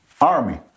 army